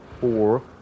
four